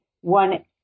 one